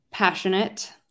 Passionate